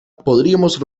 podríamos